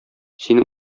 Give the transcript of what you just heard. син